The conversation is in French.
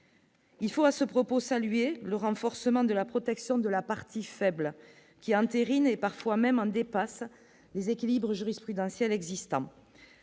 Il faut à ce propos, saluer le renforcement de la protection de la partie faible qui a entériné, parfois même en dépasse les équilibres jurisprudentielle existants,